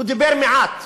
הוא דיבר מעט,